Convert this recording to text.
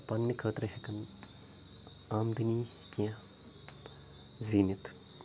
پَننہِ خٲطرٕ ہیکَن آمدٕنی کینٛہہ زیٖنِتھ